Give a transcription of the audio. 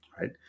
right